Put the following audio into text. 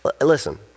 Listen